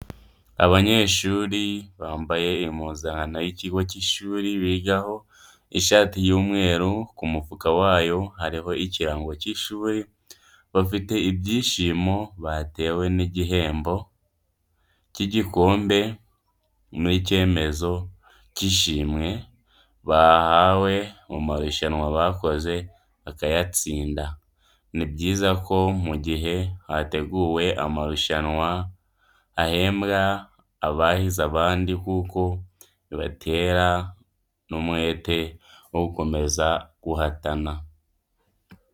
Abanyeshuri bambaye impuzankano y'ikigo cy'ishuri bigaho, ishati y'umweru ku mufuka wayo hariho ikirango cy'ishuri, bafite ibyishimo batewe n'igihembo cy'igikombe n'icyemezo cy'ishimwe bahawe mu marushanwa bakoze bakayatsinda. Ni byiza ko mu gihe hateguwe amarusanwa hahembwa abahize abandi kuko bibatera n'umwete wo gukomeza guhatana.